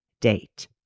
date